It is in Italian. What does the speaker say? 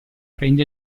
prende